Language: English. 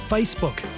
Facebook